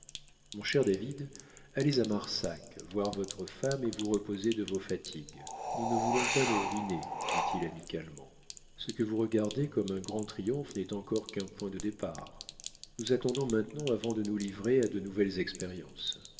mon cher david allez à marsac voir votre femme et vous reposer de vos fatigues nous ne voulons pas nous ruiner dit-il amicalement ce que vous regardez comme un grand triomphe n'est encore qu'un point de départ nous attendrons maintenant avant de nous livrer à de nouvelles expériences